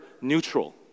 neutral